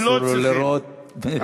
אסור לו לירות בחתונות.